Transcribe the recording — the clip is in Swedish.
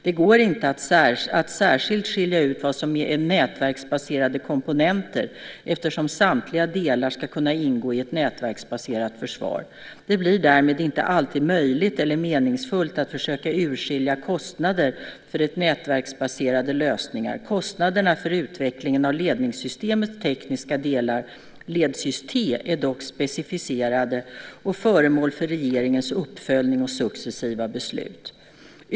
Det går inte att särskilt skilja ut vad som är nätverksbaserade komponenter, eftersom samtliga delar ska kunna ingå i ett nätverksbaserat försvar. Det blir därmed inte alltid möjligt eller meningsfullt att försöka urskilja kostnader för nätverksbaserade lösningar. Kostnaderna för utvecklingen av ledningssystemets tekniska delar, Ledsyst T, är dock specificerade och föremål för regeringens uppföljning och successiva beslut.